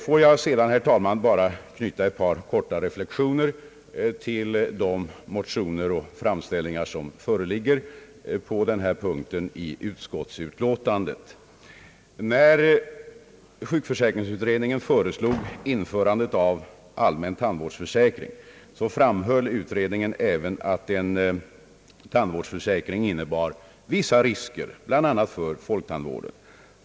Får jag sedan, herr talman, bara knyta ett par korta reflexioner till de motioner och framställningar som föreligger på denna punkt i utlåtandet. När sjukförsäkringsutredningen föreslog införandet av allmän tandvårdsförsäkring framhöll utredningen även att en tandvårdsförsäkring innebar vissa risker bl.a. för folktandvården.